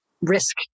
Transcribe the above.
risk